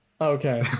okay